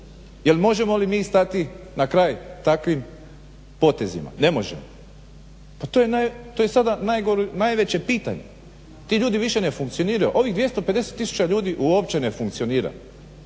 Jel' možemo li mi stati na kraj takvim potezima? Ne možemo. Pa to je sada najveće pitanje. Ti ljudi više ne funkcioniraju. Ovih 250000 ljudi uopće ne funkcionira.